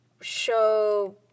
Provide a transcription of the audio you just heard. show